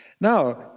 Now